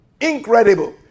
incredible